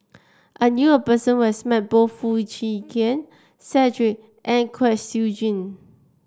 I knew a person who has met both Foo Chee Keng Cedric and Kwek Siew Jin